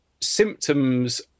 symptoms